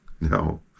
No